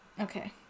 Okay